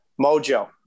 Mojo